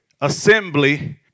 Assembly